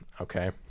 okay